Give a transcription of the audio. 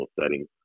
settings